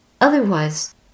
Otherwise